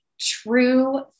true